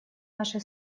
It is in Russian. наши